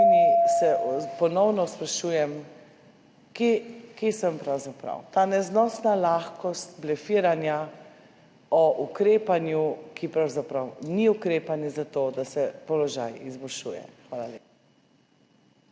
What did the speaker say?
se ponovno sprašujem, kje pravzaprav sem. Ta neznosna lahkost blefiranja o ukrepanju, ki pravzaprav ni ukrepanje, zato da se položaj izboljšuje. Hvala lepa.